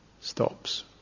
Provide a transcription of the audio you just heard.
stops